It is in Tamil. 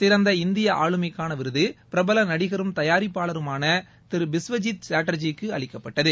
சிறந்த இந்திய ஆளுமக்கான விருது பிரபல நடிகரும் தயாரிப்பாளருமான திரு பிஸ்வஜீத் சாட்டர்ஜிக்கு அளிக்கப்பட்டது